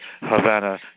Havana